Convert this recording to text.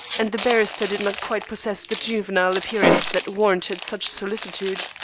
and the barrister did not quite possess the juvenile appearance that warranted such solicitude.